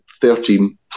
thirteen